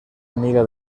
amiga